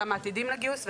גם עתידים לגיוס,